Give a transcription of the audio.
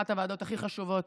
אחת הוועדות הכי חשובות